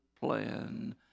plan